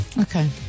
Okay